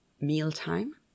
mealtime